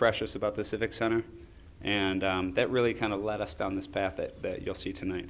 precious about the civic center and that really kind of led us down this path that you'll see tonight